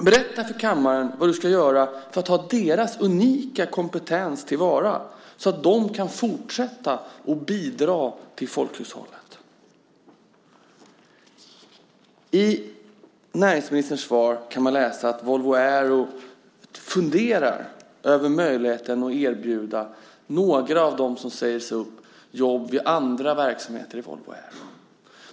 Berätta för kammaren vad du ska göra för att ta deras unika kompetens till vara så att de kan fortsätta bidra till folkhushållet! I näringsministerns svar kan man läsa att Volvo Aero funderar över möjligheten att erbjuda några av dem som sägs upp jobb vid andra verksamheter i Volvo Aero.